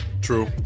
True